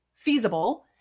Feasible